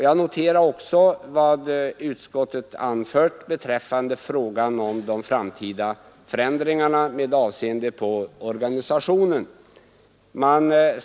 Jag noterar också vad utskottet anfört beträffande frågan om de framtida förändringarna med avseende på organisationen.